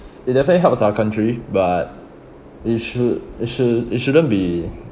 it definitely helps our country but it should it should it shouldn't be